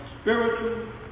spiritual